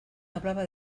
hablaba